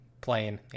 playing